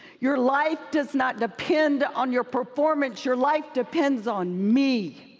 your life does not depend on your performance. your life depends on me.